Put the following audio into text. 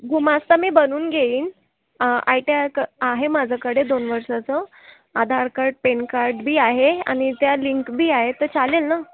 गुमास्ता मी बनवून घेईन आय टी आर कं आहे माझ्याकडे दोन वर्षाचं आधार कार्ड पेन कार्ड बी आहे आणि त्या लिंक बी आहे तर चालेल ना